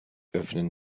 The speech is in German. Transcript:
öffnen